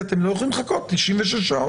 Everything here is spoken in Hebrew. כי אתם לא יכולים לחכות 96 שעות.